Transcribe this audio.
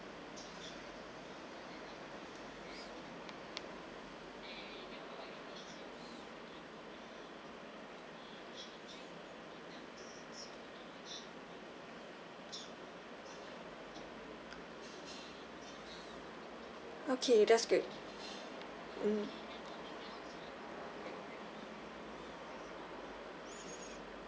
okay that's good mm